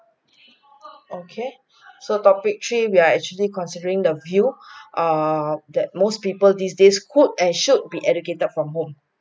okay so topic three we are actually considering the view err that most people these days could and should be educated from home